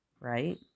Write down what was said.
right